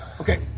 okay